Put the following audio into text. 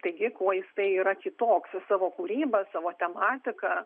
taigi kuo jisai yra kitoks su savo kūryba savo tematika